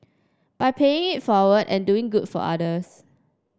by paying it forward and doing good for others